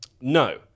No